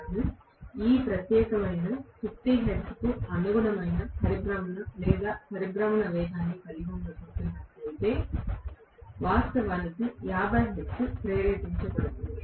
నేను ఈ ప్రత్యేకమైన 50 హెర్ట్జ్కు అనుగుణమైన పరిభ్రమణ లేదా పరిభ్రమణ వేగాన్ని కలిగి ఉండబోతున్నట్లయితే వాస్తవానికి 50 హెర్ట్జ్ ప్రేరేపించబడుతోంది